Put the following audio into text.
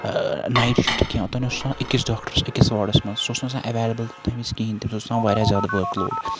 night shift کینٛہہ اوٚتانۍ اوس آسان أکِس ڈاکٹرس أکِس واڑَس مَنٛز سُہ اوس نہٕ آسان ایویلیبٕل تمہِ وِز کِہیٖنۍ تٔمِس اوس آسان واریاہ زیادٕ ورٕک لوڑ